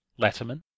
Letterman